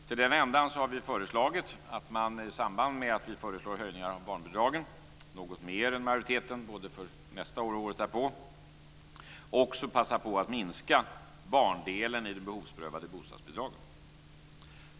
Till den änden har vi föreslagit att man i samband med att vi föreslår höjningar av barnbidragen - något mer än majoriteten både nästa år och året därpå - också passar på att minska barndelen i de behovsprövade bostadsbidragen.